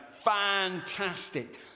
fantastic